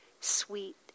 sweet